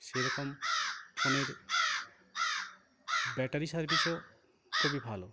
সে রকম ফোনের ব্যাটারি সার্ভিসও খুবই ভালো